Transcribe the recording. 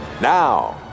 now